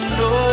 no